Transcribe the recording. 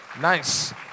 Nice